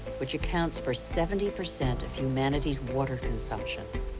which accounts for seventy percent of humanity's water consumption.